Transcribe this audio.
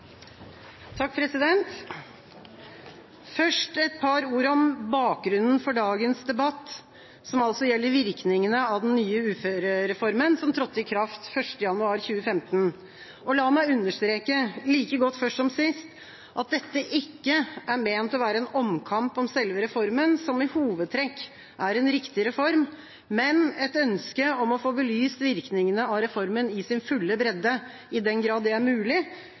Først et par ord om bakgrunnen for dagens debatt, som altså gjelder virkningene av den nye uførereformen, som trådte i kraft 1. januar 2015. La meg understreke, like godt først som sist, at dette ikke er ment å være en omkamp om selve reformen, som i hovedtrekk er en riktig reform, men et ønske om å få belyst virkningene av reformen i sin fulle bredde, i den grad det er mulig